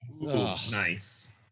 Nice